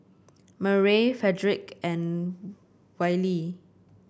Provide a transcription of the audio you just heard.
Murray Frederick and Wylie